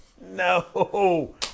no